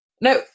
No